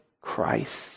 christ